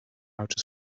outer